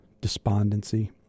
despondency